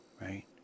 Right